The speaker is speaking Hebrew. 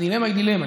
הדילמה היא דילמה.